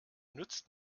nützt